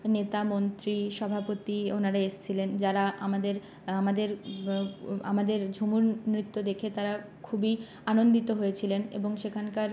নেতা মন্ত্রী সভাপতি ওনারা এসছিলেন যারা আমাদের আমাদের আমাদের ঝুমুর নৃত্য দেখে তারা খুবই আনন্দিত হয়েছিলেন এবং সেখানকার